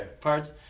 parts